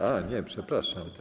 A nie, przepraszam.